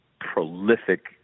prolific